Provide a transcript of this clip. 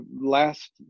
last